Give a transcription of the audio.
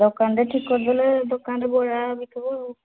ଦୋକାନରେ ଠିକ କରିଦେଲେ ଦୋକାନରେ ବିକିବ ଆଉ